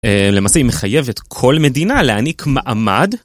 למעשה היא מחייבת כל מדינה להעניק מעמד